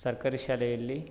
ಸರ್ಕಾರಿ ಶಾಲೆಯಲ್ಲಿ